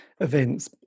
events